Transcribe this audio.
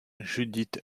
judith